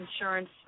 Insurance